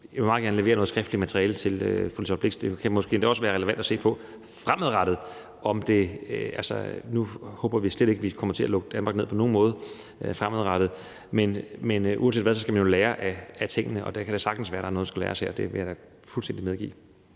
jeg vil meget gerne levere noget skriftligt materiale til fru Liselott Blixt. Det kan måske endda også være relevant at se på fremadrettet. Nu håber vi slet ikke, vi kommer til at lukke Danmark ned på nogen måde fremadrettet, men uanset hvad skal man jo lære af tingene, og der kan det sagtens være, at der her er noget, der skal læres. Det vil jeg da fuldstændig medgive.